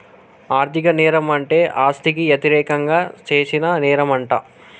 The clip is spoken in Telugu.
ఆర్ధిక నేరం అంటే ఆస్తికి యతిరేకంగా చేసిన నేరంమంట